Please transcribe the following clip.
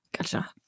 Gotcha